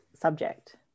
subject